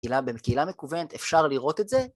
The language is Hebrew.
‫בקהילה מקוונת אפשר לראות את זה?